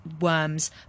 worms